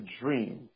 dream